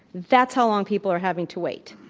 that's how long people are having to wait.